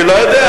אני לא יודע.